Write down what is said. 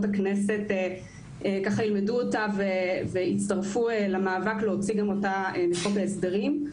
הכנסת ילמדו אותה ויצטרפו למאבק להוציא גם אותה מחוק ההסדרים.